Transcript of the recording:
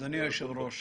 אדוני היושב-ראש,